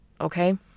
Okay